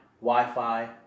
Wi-Fi